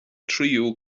tríú